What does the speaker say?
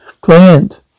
Client